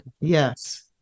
Yes